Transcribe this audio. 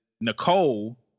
Nicole